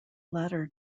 latter